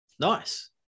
Nice